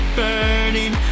burning